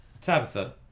Tabitha